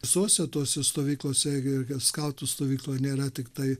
visose tose stovyklose georgas skautų stovykloje nėra tiktai